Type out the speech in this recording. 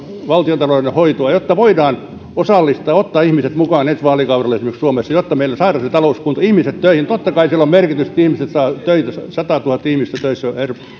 valtiontalouden hoidolla että voidaan osallistaa ottaa ihmiset mukaan näin ensi vaalikaudella esimerkiksi suomessa jotta meillä saadaan talous kuntoon ihmiset töihin totta kai sillä on merkitystä että ihmiset saavat töitä satatuhatta ihmistä enemmän töissä